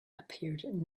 appeared